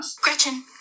gretchen